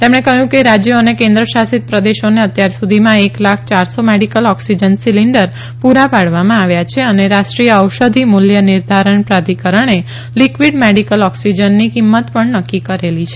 તેમણે કહ્યું કે રાજ્યો અને કેન્દ્ર શાસિત પ્રદેશોને અત્યાર સુધીમાં એક લાખ ચારસો મેડીકલ ઓક્સીજન સીલીન્ડર પૂરા પાડવામાં આવ્યા છે અને રાષ્ટ્રીય ઔષધિ મૂલ્ય નિર્ધારણ પ્રાધિકરણે લિક્વીડ મેડીકલ ઓક્સીજનની કિંમત પણ નક્કી કરેલી છે